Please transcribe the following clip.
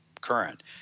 current